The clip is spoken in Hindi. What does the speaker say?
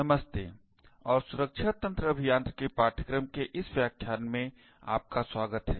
नमस्ते और सुरक्षा तंत्र अभियांत्रिकी पाठ्यक्रम के इस व्याख्यान में आपका स्वागत है